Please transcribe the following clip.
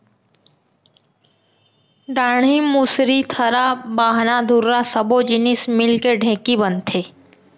डांड़ी, मुसरी, थरा, बाहना, धुरा सब्बो जिनिस मिलके ढेंकी बनथे